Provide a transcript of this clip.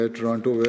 Toronto